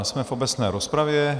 Jsme v obecné rozpravě.